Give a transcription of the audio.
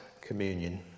communion